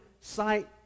sight